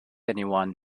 anyone